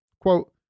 quote